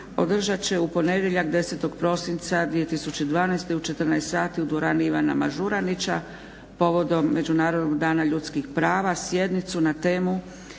održat će u ponedjeljak 10. prosinca 2012. u 14,00 sati u dvorani Ivana Mažuranića povodom Međunarodnog dana ljudskih prava sjednicu na temu